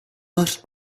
vař